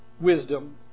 wisdom